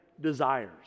desires